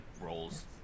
roles